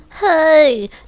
Hey